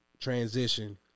transition